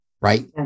right